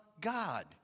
God